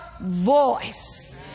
voice